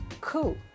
cool